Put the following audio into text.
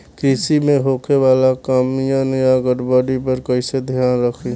कृषि में होखे वाला खामियन या गड़बड़ी पर कइसे ध्यान रखि?